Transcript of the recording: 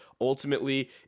Ultimately